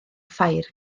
ffair